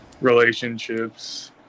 relationships